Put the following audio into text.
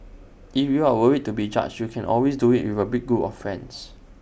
if you are worried to be judged you can always do IT with A big group of friends